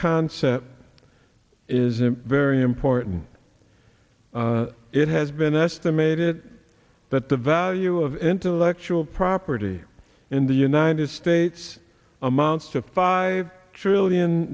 concept is very important it has been estimated that the value of intellectual property in the united states amounts to five trillion